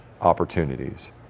opportunities